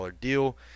deal